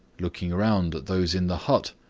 looking round at those in the hut,